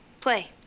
Play